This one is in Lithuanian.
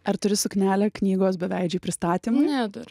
ar turi suknelę knygos beveidžiai pristatymui